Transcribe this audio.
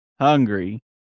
Hungry